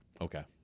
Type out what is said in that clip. Okay